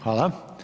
Hvala.